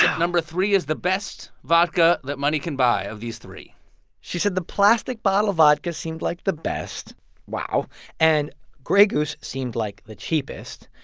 number three is the best vodka that money can buy of these three she said the plastic-bottle vodka seemed like the best wow and grey goose seemed like the cheapest.